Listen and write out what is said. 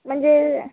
म्हणजे